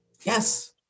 Yes